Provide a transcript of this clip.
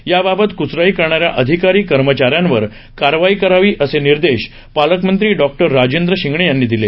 याबाबत कुचराई करणाऱ्या अधिकारी कर्मचाऱ्यांवर कारवाई करावी असे निर्देश पालकमंत्री डॉ राजेंद्र शिंगणे यांनी आज दिले